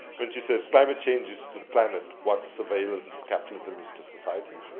when she says, climate change is to the planet what surveillance capitalism is to society.